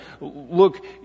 look